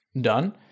done